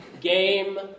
Game